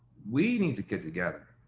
we need to get together.